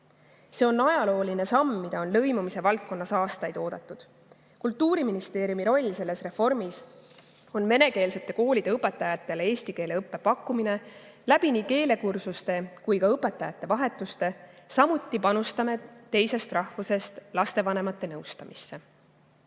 See on ajalooline samm, mida on lõimumise valdkonnas aastaid oodatud. Kultuuriministeeriumi roll selles reformis on venekeelsete koolide õpetajatele eesti keele õppe pakkumine nii keelekursuste kui ka õpetajate vahetuse kaudu. Samuti panustame teisest rahvusest lastevanemate nõustamisse.